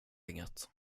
inget